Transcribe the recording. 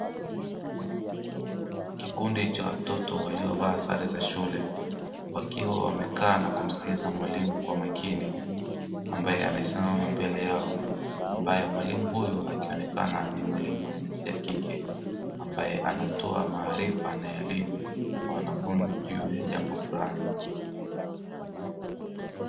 Kikundi cha watoto waliovaa sare za shule wakiwa wamekaa na kumsikiliza mwalimu kwa makini ambaye amesimama mbele yao, ambaye mwalimu huyo akionekana ni mwalimu wa jinsia ya kike ambaye anatoa maarifa na elimu kwa wanafunzi juu ya jambo fulani.